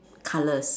colours